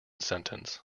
sentence